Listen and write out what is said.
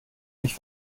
mich